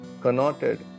connoted